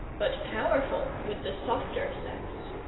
but powerful with the softer sex.